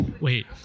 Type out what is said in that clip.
wait